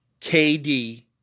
KD